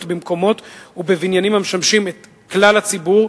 במקומות ובבניינים המשמשים את כלל הציבור,